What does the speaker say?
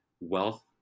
wealth